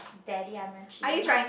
daddy